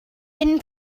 been